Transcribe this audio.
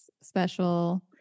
special